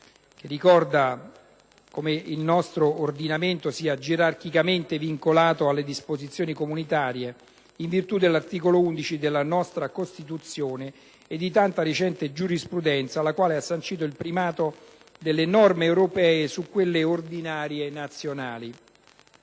ricorda come il nostro ordinamento sia gerarchicamente vincolato alle disposizioni comunitarie, in virtù dell'articolo 11 della nostra Costituzione e di tanta recente giurisprudenza, la quale ha sancito il primato delle norme europee su quelle ordinarie nazionali.